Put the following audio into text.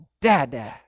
Dada